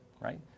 right